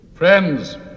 friends